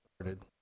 started